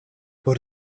por